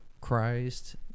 christ